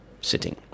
sitting